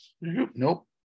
Nope